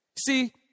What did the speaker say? See